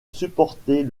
supporter